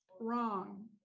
wrong